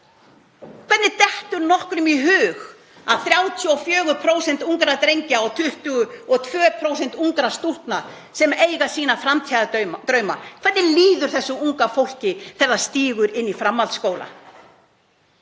Hvernig dettur nokkrum í hug að 34% ungra drengja og 22% ungra stúlkna sem eiga sína framtíðardrauma — hvernig líður þessu unga fólki þegar það stígur inn í framhaldsskóla?